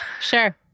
sure